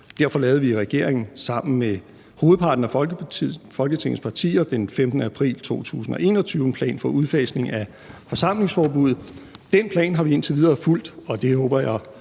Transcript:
Derfor lavede vi i regeringen sammen med hovedparten af Folketingets partier den 15. april 2021 en plan for udfasning af forsamlingsforbuddet. Den plan har vi indtil videre fulgt – og det håber og